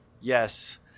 Yes